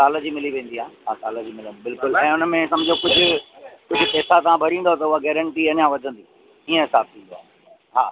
साल जी मिली वेंदी आहे हा साल जी मिलंदी बिल्कुलु ऐं हुनमें सम्झो कुझु कुझु पैसा तव्हां भरींसो त उहा गारंटी अञा वधंदी ईअं हिसाबु थींदो आहे हा